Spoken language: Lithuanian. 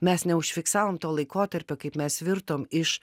mes neužfiksavom to laikotarpio kaip mes virtom iš